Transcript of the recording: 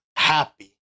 happy